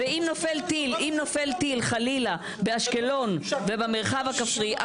ואם נופל טיל חלילה באשקלון ובמרחב הכפרי,